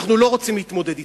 אנחנו לא רוצים להתמודד אתם.